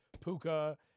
Puka